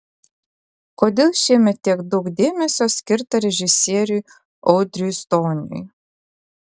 kodėl šiemet tiek daug dėmesio skirta režisieriui audriui stoniui